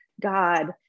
God